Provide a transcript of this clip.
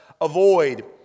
avoid